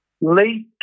late